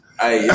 Hey